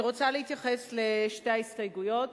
אני רוצה להתייחס לשתי ההסתייגויות,